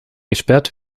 gesperrt